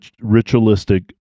ritualistic